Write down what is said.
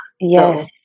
Yes